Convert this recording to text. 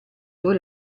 due